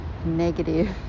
negative